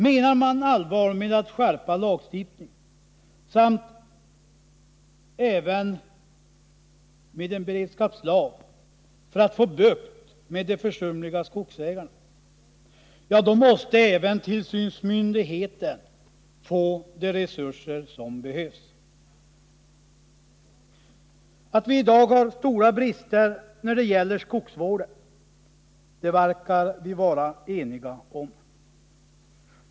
Menar man allvar med att skärpa lagstiftningen och införa en beredskapslag för att få bukt med de försumliga skogsägarna, då måste även tillsynsmyndigheten få de resurser som behövs. Att vi i dag har stora brister när det gäller skogsvården verkar vi vara eniga om.